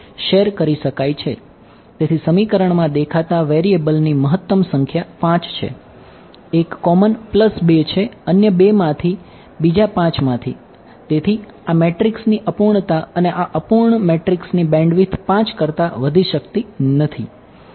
હા એડ્જ 5 કરતા વધી શકતી નથી